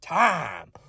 time